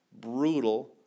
brutal